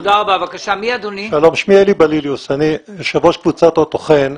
אני יושב ראש קבוצת אוטו חן.